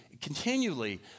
continually